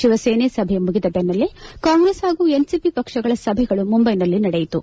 ಶಿವಸೇನೆ ಸಭೆ ಮುಗಿದ ಬೆನ್ನೆಲೆ ಕಾಂಗ್ರೆಸ್ ಹಾಗೂ ಎನ್ಸಿಪಿ ಪಕ್ಷಗಳ ಸಭೆಗಳು ಮುಂಬೈನಲ್ಲಿ ನಡೆಯಿತು